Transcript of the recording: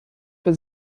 für